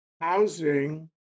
housing